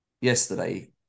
yesterday